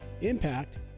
Impact